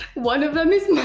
one of them is mine.